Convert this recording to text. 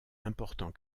important